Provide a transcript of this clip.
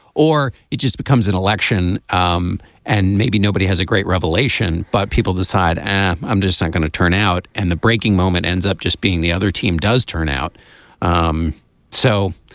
or it just becomes an election. um and maybe nobody has a great revelation. but people decide and i'm just not going to turn out and the breaking moment ends up just being the other team does turn out um so